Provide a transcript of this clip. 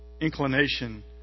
inclination